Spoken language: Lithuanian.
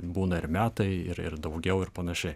būna ir metai ir ir daugiau ir panašiai